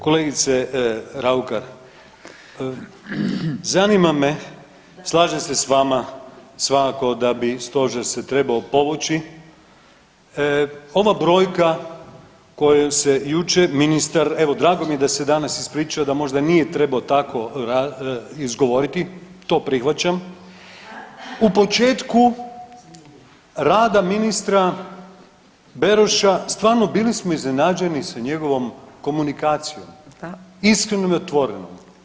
Kolegice Raukar, zanima me slažem se s vama svakako da bi stožer se trebao povući, ova brojka kojom se jučer ministar, evo drago mi je da se danas ispričao da možda nije trebao tako izgovoriti, to prihvaćam, u početku rada ministra Beroša stvarno bili smo iznenađeni sa njegovom komunikacijom iskrenom i otvorenom.